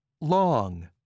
long